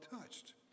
touched